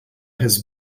his